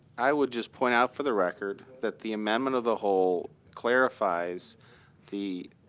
i would just point out for the record that the amendment of the whole clarifies the